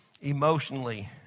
emotionally